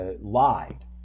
lied